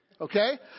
Okay